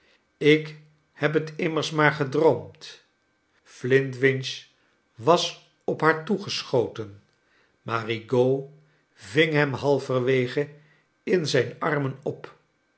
ik heb het immers maar gedroomd flintwinch was op haar toegeschoten maar eigaud ving hem halverwege in zijn armen op